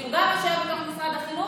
כי הוא גם יושב בתוך משרד החינוך,